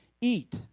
eat